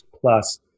plus